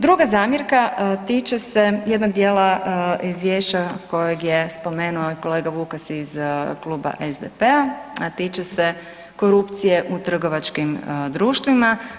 Druga zamjerka tiče se jednog dijela izvješća kojeg je spomenuo i kolega Vukas iz Kluba SDP-a, a tiče se korupcije u trgovačkim društvima.